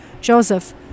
Joseph